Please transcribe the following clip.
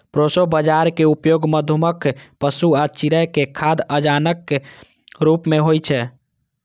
proso बाजाराक उपयोग मनुक्ख, पशु आ चिड़ै के खाद्य अनाजक रूप मे होइ छै